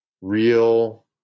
real